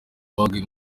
abaguye